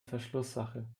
verschlusssache